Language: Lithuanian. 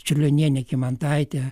čiurlionienė kymantaitė